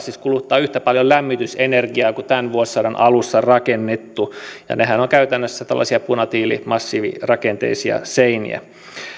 siis kuluttaa yhtä paljon lämmitysenergiaa kuin tämän vuosisadan alussa rakennettu ja nehän ovat käytännössä tällaisia punatiilimassiivirakenteisia seiniä